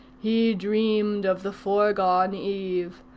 he dreamed of the foregone eve,